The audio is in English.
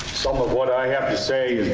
some of what i have to say